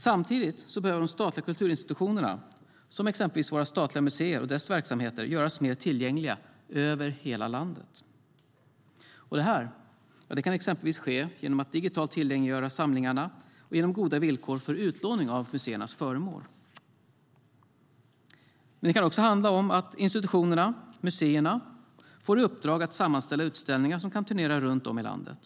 Samtidigt behöver de statliga kulturinstitutionerna, exempelvis våra statliga museer och deras verksamheter, göras mer tillgängliga över hela landet. Det kan exempelvis ske genom att digitalt tillgängliggöra samlingarna och genom goda villkor för utlåning av museernas föremål. Men det kan också handla om att institutionerna, museerna, får i uppdrag att sammanställa utställningar som kan turnera runt i landet.